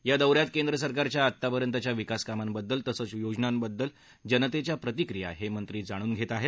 या दौ यात केंद्र सरकारच्या आत्तापर्यंतच्या विकासकामांबद्दल तसंच योजनांबद्दल जनतेच्या प्रतिक्रिया हे मंत्री जाणून घेत आहेत